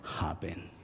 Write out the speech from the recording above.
happen